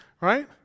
right